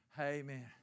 Amen